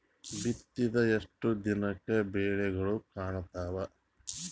ಬಿತ್ತಿದ ಎಷ್ಟು ದಿನಕ ಬೆಳಿಗೋಳ ಕಾಣತಾವ?